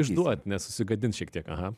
išduot nes susigadins šiek tiek aha